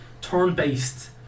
turn-based